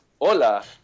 Hola